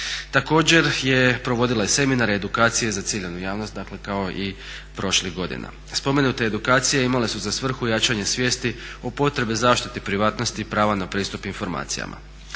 Također je provodila i seminare, edukacije za ciljanu javnost, dakle kao i prošlih godina. Spomenute edukacije imale su za svrhu jačanje svijesti o potrebi zaštite privatnosti prava na pristup informacijama.